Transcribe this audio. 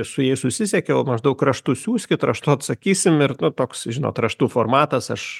su jais susisiekiau maždaug raštu siųskit raštu atsakysim ir nu toks žinot raštu formatas aš